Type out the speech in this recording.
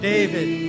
David